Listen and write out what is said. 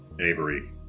Avery